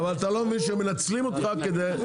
אבל אתה לא מבין שהם מנצלים אותך כדי